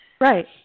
Right